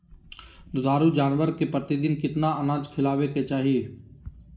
दुधारू जानवर के प्रतिदिन कितना अनाज खिलावे के चाही?